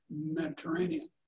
Mediterranean